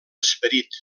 esperit